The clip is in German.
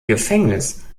gefängnis